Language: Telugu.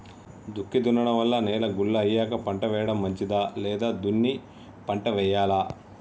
దుక్కి దున్నడం వల్ల నేల గుల్ల అయ్యాక పంట వేయడం మంచిదా లేదా దున్ని పంట వెయ్యాలా?